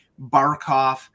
Barkov